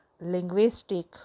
linguistic